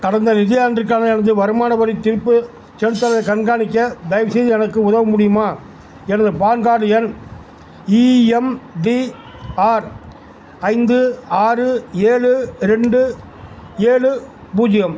கடந்த நிதியாண்டிற்கான எனது வருமான வரி திருப்பிச் செலுத்துதலைக் கண்காணிக்க தயவுசெய்து எனக்கு உதவ முடியுமா எனது பான் கார்டு எண் இஎம்டிஆர் ஐந்து ஆறு ஏழு ரெண்டு ஏழு பூஜ்ஜியம்